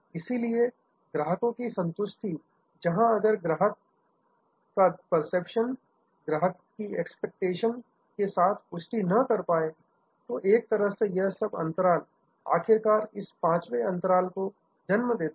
इसलिए ग्राहकों की संतुष्टि जहां अगर ग्राहक का परसेप्शन धारणा ग्राहकों की एक्सपेक्टेशन अपेक्षा के साथ पुष्टि न कर पाए तो एक तरह से यह सब अंतराल आखिरकार इस पांचवें अंतर को जन्म देता है